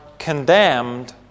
condemned